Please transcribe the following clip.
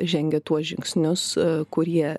žengia tuos žingsnius kurie